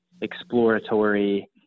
exploratory